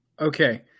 Okay